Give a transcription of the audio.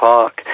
Park